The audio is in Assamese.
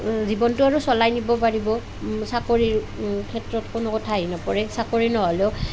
জীৱনটো আৰু চলাই নিব পাৰিব চাকৰিৰ ক্ষেত্ৰত কোনো কথা আহি নপৰে চাকৰি নহ'লেও